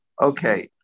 Okay